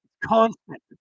Constant